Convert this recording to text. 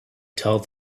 tell